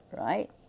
right